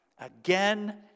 again